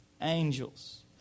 angels